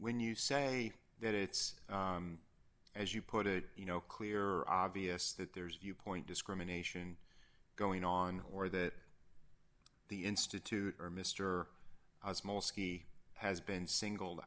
when you say that it's as you put it you know clear or obvious that there is viewpoint discrimination going on or that the institute or mr ski has been single